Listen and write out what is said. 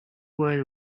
wide